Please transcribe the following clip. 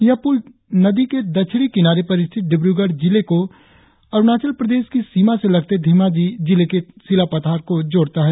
यह पुल नदी के दक्षिणी किनारे पर स्थित डिब्रूगढ़ जिले को अरुणाचल प्रदेश की सीमा से लगते घेमाजी जिले के सीलापथार को जोड़ता है